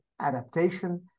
adaptation